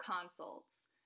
consults